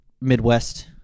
midwest